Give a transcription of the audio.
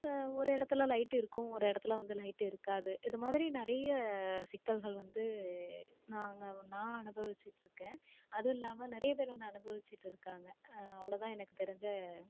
ஒரு இடத்துல லைட் இருக்கும் ஒரு இடத்துல வந்து லைட் இருக்காது இது மாதிரி நிறையா சிக்கல்கள் வந்து நாங்கள் நான் அனுபவிச்சுட்டு இருக்கேன் அதுவும் இல்லாமல் நிறைய பேர் வந்து அனுபவிச்சுட்டு இருக்காங்க அவ்வளோதான் எனக்கு தெரிஞ்ச